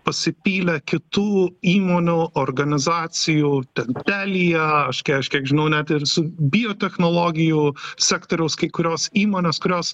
pasipylė kitų įmonių organizacijų ten telia aš kie aš kiek žinau net ir su biotechnologijų sektoriaus kai kurios įmonės kurios